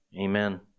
Amen